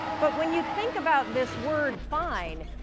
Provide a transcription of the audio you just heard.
but when you think about this word fine,